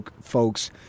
folks